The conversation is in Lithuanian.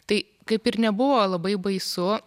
tai kaip ir nebuvo labai baisu